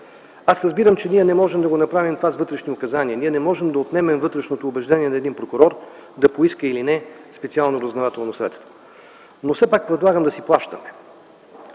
Разбирам, че не можем да направим това с вътрешни указания. Не можем да отнемем вътрешното убеждение на един прокурор да поиска или не специално разузнавателно средство. Но все пак предлагам да си плащаме,